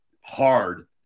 hard